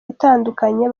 itandukanye